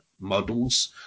models